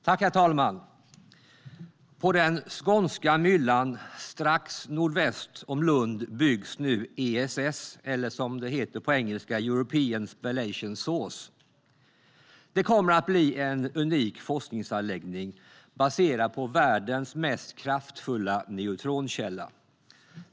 Herr talman! På den skånska myllan, strax nordväst om Lund, byggs nu ESS eller, som det heter på engelska, European Spallation Source. Det kommer att bli en unik forskningsanläggning baserad på världens mest kraftfulla neutronkälla.